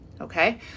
Okay